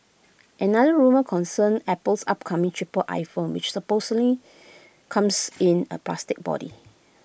another rumour concerns Apple's upcoming cheaper iPhone which supposedly comes in A plastic body